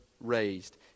raised